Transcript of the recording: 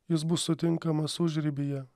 jis bus sutinkamas užribyje